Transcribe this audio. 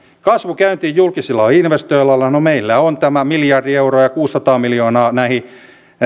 kasvu käyntiin julkisilla investoinneilla no meillä on tämä miljardi euroa ja kuusisataa miljoonaa näihin